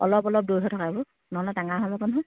অলপ অলপ দৈ হৈ থকাবোৰ নহ'লে টেঙা হৈ যাব নহয়